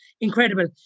incredible